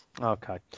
Okay